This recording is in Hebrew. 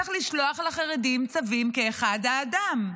צריך לשלוח לחרדים צווים כאחד האדם.